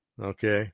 Okay